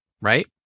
right